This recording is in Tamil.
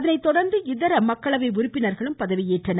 அதனை தொடர்ந்து இதர மக்களவை உறுப்பினர்களும் பதவி ஏற்றனர்